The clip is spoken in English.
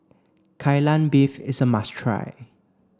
Kai Lan Beef is a must try